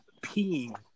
peeing